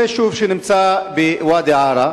זה יישוב שנמצא בוודאי-עארה